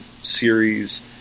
series